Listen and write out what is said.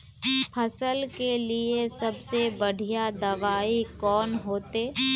फसल के लिए सबसे बढ़िया दबाइ कौन होते?